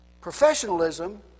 Professionalism